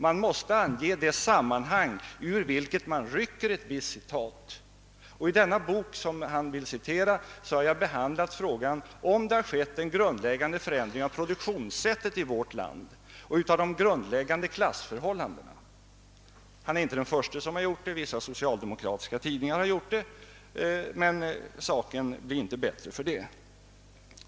Man måste ange det sammanhang ur vilket man tar ett visst citat. I denna bok, som statsministern vill citera, har jag behandlat frågan om det har skett en grundläggande förändring av produktionssättet och de grundläggande klassförhållandena i vårt land. Han är inte den förste som har gjort på detta sätt. Det finns vissa socialdemokratiska tidningar som har gjort så, men saken blir inte bättre för det.